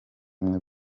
umwe